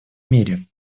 мире